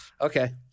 Okay